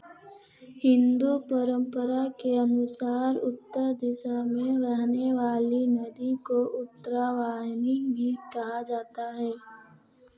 हिंदू परम्परा के अनुसार उत्तर दिशा में बहने वाली नदी को उत्तरावाहिनी भी कहा जाता है